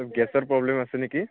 গেছৰ প্ৰব্লেম আছে নেকি